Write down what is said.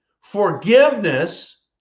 forgiveness